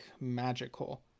Magical